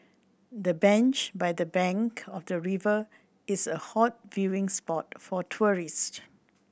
the bench by the bank of the river is a hot viewing spot for tourists